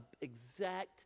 exact